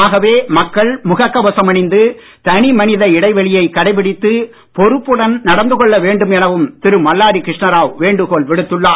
ஆகவே மக்கள் முக்கவசம் அணிந்து தனி மனித இடைவெளியை கடைபிடித்து பொறுப்புடன் நடந்துகொள்ள வேண்டும் எனவும் திரு மல்லாடி கிருஷ்ணாராவ் வேண்டுகோள் விடுத்துள்ளார்